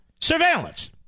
surveillance